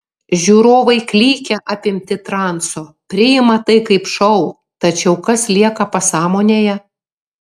žiūrovai klykia apimti transo priima tai kaip šou tačiau kas lieka pasąmonėje